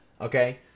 Okay